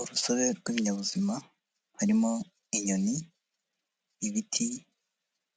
Urusobe rw'ibinyabuzima harimo inyoni, ibiti